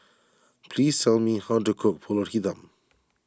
please tell me how to cook Pulut Hitam